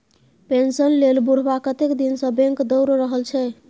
pension लेल बुढ़बा कतेक दिनसँ बैंक दौर रहल छै